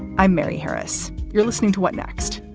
i'm mary harris. you're listening to what next?